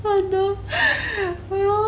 what the !aiyo!